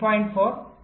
4